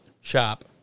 shop